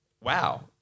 wow